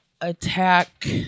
attack